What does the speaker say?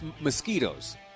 mosquitoes